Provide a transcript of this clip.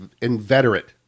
inveterate